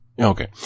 Okay